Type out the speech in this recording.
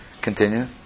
Continue